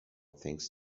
things